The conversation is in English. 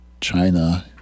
China